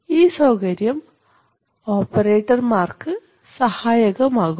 ഈ സൌകര്യം ഓപ്പറേറ്റർമാർക്ക് സഹായകമാകും